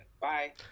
Bye